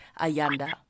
Ayanda